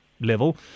level